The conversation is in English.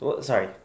sorry